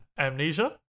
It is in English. amnesia